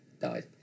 died